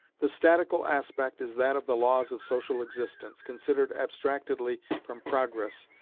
the statical aspect is that of the laws of social existence, considered abstractedly from progress,